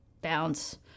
bounce